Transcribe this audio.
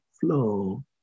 flow